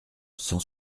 cent